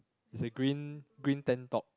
is a green green tank top